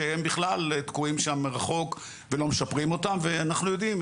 שהם בכלל תקועים שם רחוק ולא משפרים אותם ואנחנו יודעים,